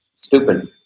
stupid